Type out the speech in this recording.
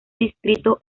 distrito